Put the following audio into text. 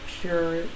pure